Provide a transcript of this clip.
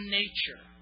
nature